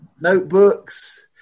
Notebooks